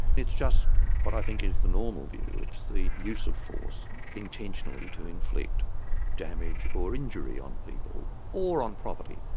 it's just what i think is the normal view, it's the use of force intentionally, to inflict damage or injury on people, or on property,